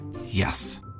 Yes